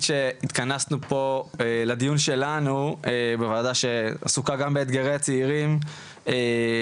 התכנסנו פה לדיון שלנו בנושא אתגרי הצעירים בשוק העבודה בישראל,